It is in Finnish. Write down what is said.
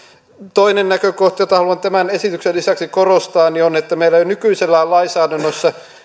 toinen näkökohta jota haluan tämän esityksen lisäksi korostaa on että meillä jo nykyisellään lainsäädännössä